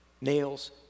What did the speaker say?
Nails